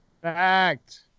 Fact